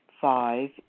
Five